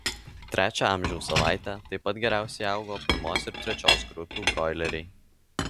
trečią amžiaus savaitę taip pat geriausiai augo pirmos ir trečios grupių broileriai